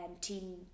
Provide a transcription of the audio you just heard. team